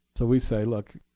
so we say, look,